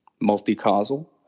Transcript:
multi-causal